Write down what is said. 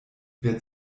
wer